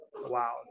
wow